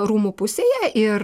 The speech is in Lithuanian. rūmų pusėje ir